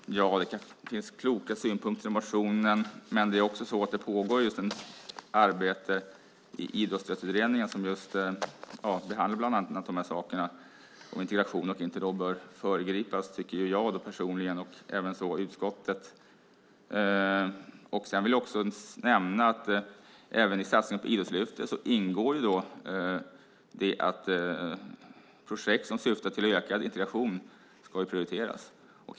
Fru talman! Det finns kanske kloka synpunkter i motionen, men det pågår ett arbete i Idrottsstödsutredningen som handlar bland annat om integration. Jag tycker att utredningen inte bör föregripas, och det tycker även utskottet. Även i satsningar på Idrottslyftet ingår att projekt som syftar till ökad integration ska prioriteras.